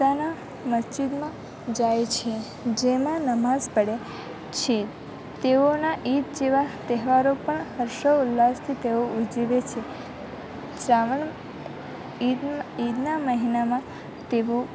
પોતાના મસ્જિદમાં જાય છે જેમાં નમાઝ પઢે છે તેઓના ઈદ જેવા તહેવારો પણ હર્ષોલ્લાસથી તેઓ ઉજવે છે શ્રાવણ ઈદ ઈદના મહિનામાં તેઓ